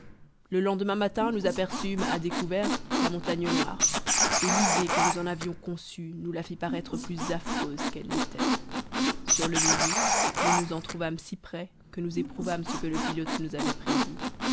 le lendemain matin nous aperçûmes à découvert la montagne noire et l'idée que nous en avions conçue nous la fit paraître plus affreuse qu'elle n'était sur le midi nous nous en trouvâmes si près que nous éprouvâmes ce que le pilote nous avait prédit